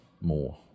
more